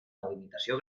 delimitació